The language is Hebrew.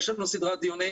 יש לנו סדרת דיונים.